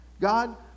God